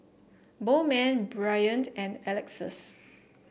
Bowman Bryant and Alexus